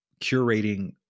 curating